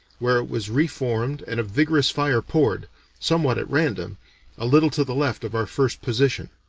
where it was reformed and a vigorous fire poured somewhat at random a little to the left of our first position.